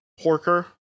Porker